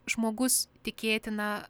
žmogus tikėtina